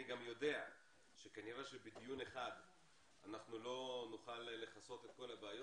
אני גם יודע שכנראה שבדיון אחד לא נוכל לכסות את כל הבעיות